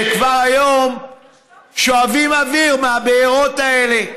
שכבר היום שואבים אוויר מהבארות האלה.